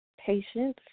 Patience